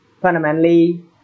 fundamentally